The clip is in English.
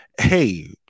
Hey